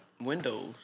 windows